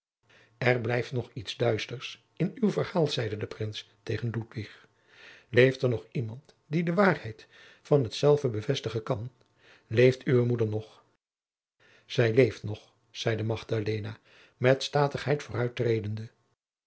er blijft nog iets duisters in uw verhaal zeide de prins tegen ludwig leeft er nog iemand die de waarheid van hetzelve bevestigen kan leeft uwe moeder nog zij leeft nog zeide magdalena met statigheid